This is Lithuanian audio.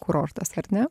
kurortas ar ne